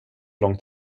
lång